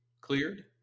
cleared